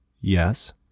Yes